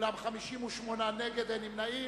59 בעד, 43 נגד.